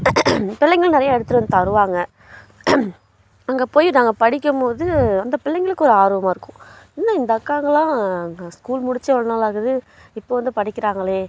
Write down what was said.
பிள்ளைகளும் நிறையா எடுத்துகிட்டு வந்து தருவாங்க அங்கே போயி நாங்கள் படிக்கும் போது அந்த பிள்ளைங்களுக்கு ஒரு ஆர்வமா இருக்கும் என்ன இந்த அக்காங்களாம் ஸ்கூல் முடித்து எவ்வளோ நாள் ஆகுது இப்போ வந்து படிக்கிறாங்கள்